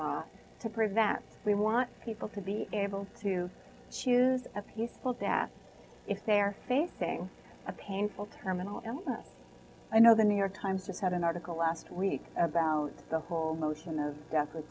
lot to prevent we want people to be able to choose a peaceful death if they're facing a painful terminal illness i know the new york times just had an article last week about the whole notion of death with